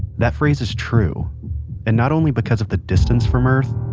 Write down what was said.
that phrase is true and not only because of the distance from earth.